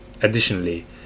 Additionally